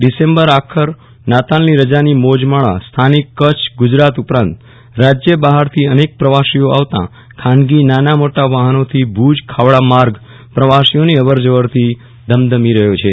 ડોસેમ્બર આખર નાતાલની રજાની મોજ માણવા સ્થાનિક કચ્છ ગજરાત ઉપરાંત રાજય બહાર થી અનેક પ્રવાસીઓ આપણા ખાનગી નાના મોટા વાહનોથી ભુજ ખાવડા માર્ગ પ્રવાસીઓની અવર જવરથી ધમધમી રહયો છે